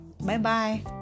Bye-bye